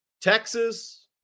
Texas